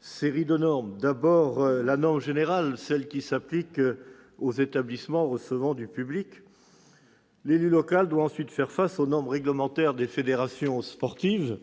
série de normes, à commencer par les normes générales, celles qui s'appliquent aux établissements recevant du public. L'élu local doit ensuite faire face aux normes réglementaires des fédérations sportives.